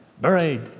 buried